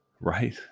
right